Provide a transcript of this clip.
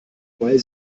weil